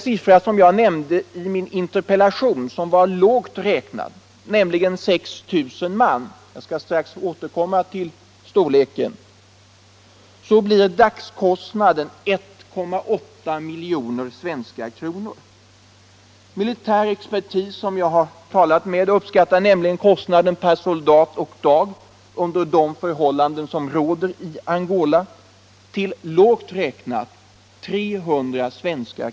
siffra som jag nämnde i min interpellation — vilket är lågt räknat —, nämligen att Cuba har 6 000 soldater i Angola, blir dagskostnaden 1,8 milj.kr. Militär expertis som jag har talat med uppskattar nämligen kostnaden per soldat och dag under de förhållanden som råder i Angola till lågt räknat 300 kr.